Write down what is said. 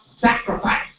sacrifice